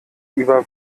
über